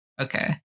Okay